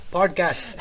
Podcast